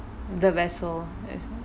the vessel vessel